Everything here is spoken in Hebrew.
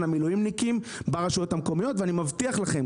המילואימניקים ברשויות המקומיות ואני מבטיח לכם,